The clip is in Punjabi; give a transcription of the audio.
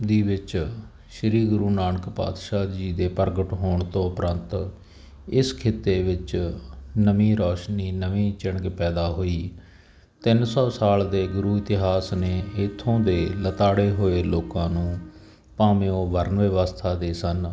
ਦੀ ਵਿੱਚ ਸ਼੍ਰੀ ਗੁਰੂ ਨਾਨਕ ਪਾਤਸ਼ਾਹ ਜੀ ਦੇ ਪ੍ਰਗਟ ਹੋਣ ਤੋਂ ਉਪਰੰਤ ਇਸ ਖਿਤੇ ਵਿੱਚ ਨਵੀਂ ਰੌਸ਼ਨੀ ਨਵੀਂ ਚਿਣਗ ਪੈਦਾ ਹੋਈ ਤਿੰਨ ਸੋ ਸਾਲ ਦੇ ਗੁਰੂ ਇਤਿਹਾਸ ਨੇ ਇੱਥੋਂ ਦੇ ਲਤਾੜੇ ਹੋਏ ਲੋਕਾਂ ਨੂੰ ਭਾਵੇਂ ਉਹ ਵਰਨ ਵਿਵਸਥਾ ਦੇ ਸਨ